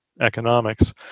Economics